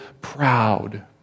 proud